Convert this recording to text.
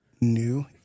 New